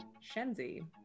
Shenzi